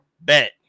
Bet